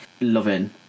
loving